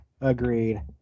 agreed